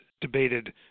debated